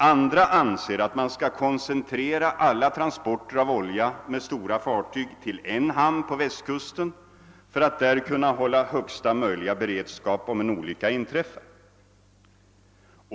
Andra anser att man skall koncentrera alla transporter av olja med stora fartyg till en enda hamn på Västkusten för att där kunna hålla högsta möjliga beredskap för en eventuell olycka.